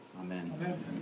Amen